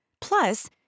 Plus